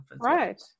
right